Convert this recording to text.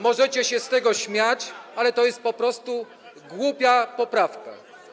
Możecie się z tego śmiać, ale to jest po prostu głupia poprawka.